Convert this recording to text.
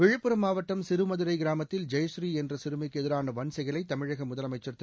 விழுப்புரம் மாவட்டம் சிறுமதுரை கிராமத்தில் ஜெயபுரீ என்ற சிறுமிக்கு எதிரான வன்செயலை தமிழக முதலமைச்சர் திரு